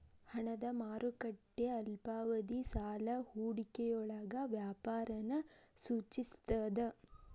ಹಣದ ಮಾರುಕಟ್ಟೆ ಅಲ್ಪಾವಧಿ ಸಾಲ ಹೂಡಿಕೆಯೊಳಗ ವ್ಯಾಪಾರನ ಸೂಚಿಸ್ತದ